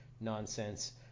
nonsense